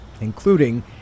including